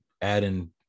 adding